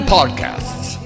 Podcasts